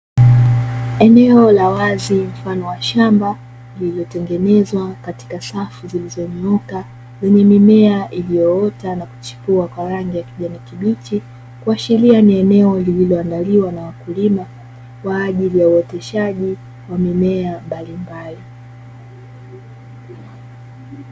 Eneo la wazi mfano wa shamba lililotengenezwa katika safu, zilizoinuka lenye mimea iliyoota na kuchipuwa kwa rangi ya kijani kibichi, kuashilia ni eneo lililoandaliwa na wakulima kwa ajili ya uoteshaji wa mimea mbalimbali.